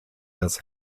das